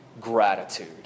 gratitude